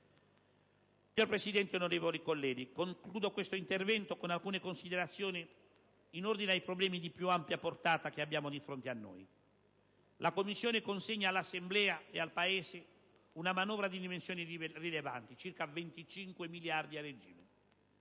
Signor Presidente, onorevoli colleghi, concludo questo intervento con alcune considerazioni in ordine ai problemi di più ampia portata che abbiamo di fronte a noi. La Commissione consegna all'Assemblea e al Paese una manovra di dimensioni rilevanti: circa 25 miliardi di